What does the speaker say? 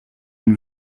nous